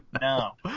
no